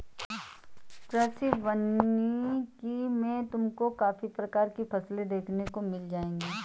कृषि वानिकी में तुमको काफी प्रकार की फसलें देखने को मिल जाएंगी